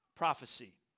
prophecy